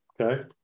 okay